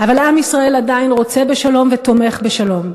אבל עם ישראל עדיין רוצה בשלום ותומך בשלום,